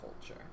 culture